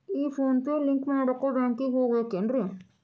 ಈ PhonePe link ಮಾಡಾಕ ಬ್ಯಾಂಕಿಗೆ ಹೋಗ್ಬೇಕೇನ್ರಿ?